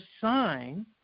sign